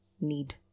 need